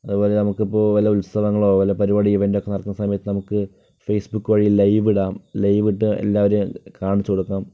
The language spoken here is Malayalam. അതുപോലെതന്നെ നമുക്ക് ഇപ്പോൾ ഉത്സവങ്ങളോ പരിപാടികളോ നടത്തുന്ന സമയത്തു നമുക്ക് ഫേസ്ബുക്ക് വഴി ലൈവ് ഇടാം ലൈവ് ഇട്ടാൽ എല്ലാർക്കും കാണിച്ചു കൊടുക്കാം